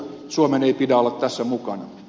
suomen ei pidä olla tässä mukana